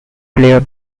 player